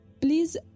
please